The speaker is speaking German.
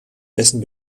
dessen